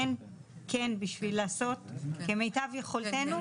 כן בשביל לעשות כמיטב יכולתנו.